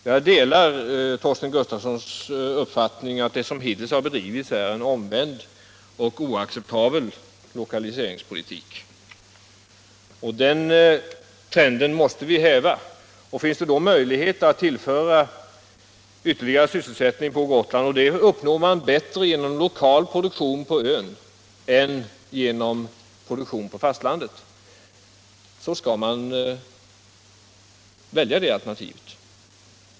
Jag delar herr Gustafssons i Stenkyrka uppfattning att det som hittills har bedrivits är en omvänd och oacceptabel lokaliseringspolitik. Den trenden måste vi häva. Och finns det möjlighet att tillföra Gotland ytterligare sysselsättning — det uppnår man bättre genom lokal produktion på ön än genom produktion på fastlandet — skall man välja det alternativet.